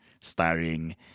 starring